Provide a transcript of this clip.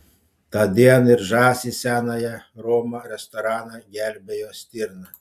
tądien it žąsys senąją romą restoraną gelbėjo stirna